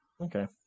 Okay